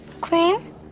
Cream